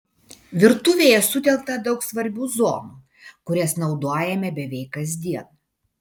virtuvėje sutelkta daug svarbių zonų kurias naudojame beveik kasdien